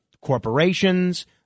corporations